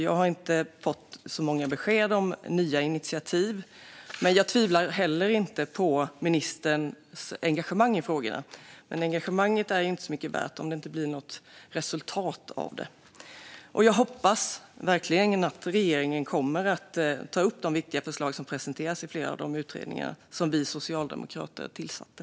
Jag har inte fått särskilt många besked om nya initiativ, men jag tvivlar inte på ministerns engagemang i frågorna. Men engagemanget är ju inte så mycket värt om det inte blir något resultat av det, och jag hoppas verkligen att regeringen kommer att ta upp de viktiga förslag som presenteras i flera av de utredningar som vi socialdemokrater tillsatte.